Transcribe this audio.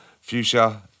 fuchsia